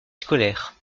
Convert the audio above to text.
scolaire